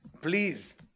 please